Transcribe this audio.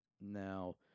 Now